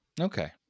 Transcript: Okay